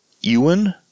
Ewan